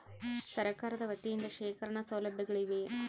ಸರಕಾರದ ವತಿಯಿಂದ ಶೇಖರಣ ಸೌಲಭ್ಯಗಳಿವೆಯೇ?